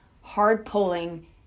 hard-pulling